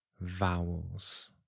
vowels